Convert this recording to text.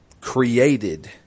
created